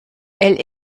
elle